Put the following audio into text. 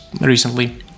recently